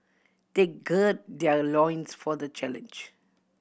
they gird their loins for the challenge